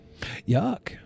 Yuck